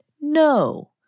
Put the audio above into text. no